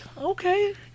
Okay